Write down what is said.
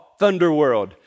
Thunderworld